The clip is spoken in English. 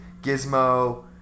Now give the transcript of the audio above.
Gizmo